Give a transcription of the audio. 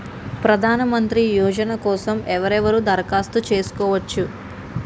ప్రధానమంత్రి యోజన కోసం ఎవరెవరు దరఖాస్తు చేసుకోవచ్చు?